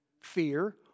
fear